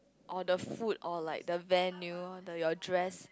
oh the food or like the venue then your dress